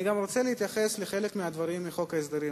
אני גם רוצה להתייחס לחלק מהדברים בחוק ההסדרים,